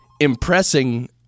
impressing